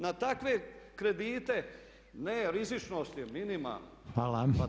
Na takve kredite ne rizičnost je minimalna.